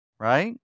right